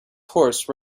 horse